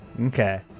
Okay